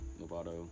Lovato